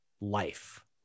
life